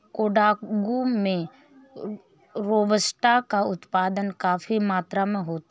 कोडागू में रोबस्टा का उत्पादन काफी मात्रा में होता है